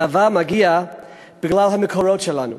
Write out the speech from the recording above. הגאווה מגיעה בגלל המקורות שלנו.